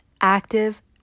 active